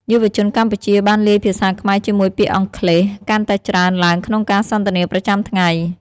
យុវជនកម្ពុជាបានលាយភាសាខ្មែរជាមួយពាក្យអង់គ្លេសកាន់តែច្រើនឡើងក្នុងការសន្ទនាប្រចាំថ្ងៃ។